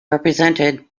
represented